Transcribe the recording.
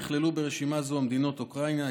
נכללו ברשימה זו המדינות אוקראינה,